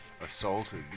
assaulted